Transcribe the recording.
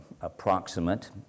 approximate